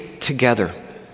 together